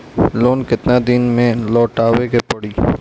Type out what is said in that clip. Loan केतना दिन में लौटावे के पड़ी?